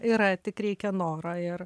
yra tik reikia noro ir